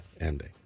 ending